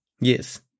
Yes